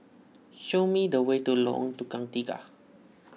show me the way to Lorong Tukang Tiga